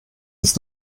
ist